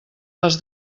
les